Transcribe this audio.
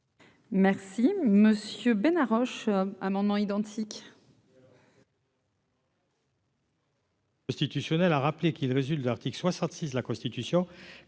Merci monsieur ben Haroche amendements identiques.